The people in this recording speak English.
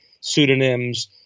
pseudonyms